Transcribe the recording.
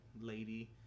lady